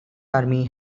army